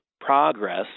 progress